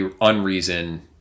unreason